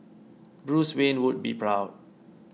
Bruce Wayne would be proud